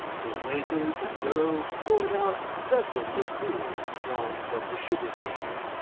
the waiters and girls poured out several liqueurs drawn from the sugar-cane.